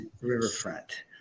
riverfront